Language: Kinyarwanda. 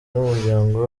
n’umuryango